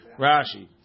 Rashi